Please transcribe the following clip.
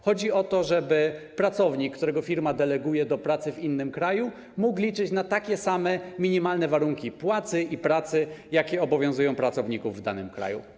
Chodzi o to, żeby pracownik, którego firma deleguje do pracy w innym kraju, mógł liczyć na takie same minimalne warunki płacy i pracy, jakie obowiązują pracowników w danym kraju.